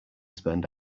spend